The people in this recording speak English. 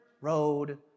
road